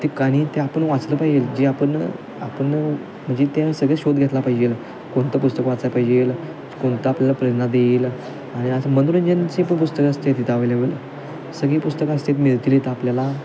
ते कारण ते आपण वाचलं पाहिजेल जे आपण आपण म्हणजे पाहिजेल कोणतं आपल्याला प्रेरणा देईल आणि असं मनोरंजनचे पण पुस्तकं असते तिथं अव्हेलेबल सगळी पुस्तकं असतात मिळतील इथं आपल्याला